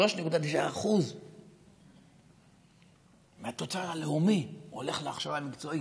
3.9% מהתוצר הלאומי הולך להכשרה מקצועית.